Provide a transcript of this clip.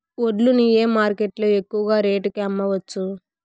వడ్లు ని ఏ మార్కెట్ లో ఎక్కువగా రేటు కి అమ్మవచ్చు?